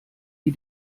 die